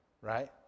right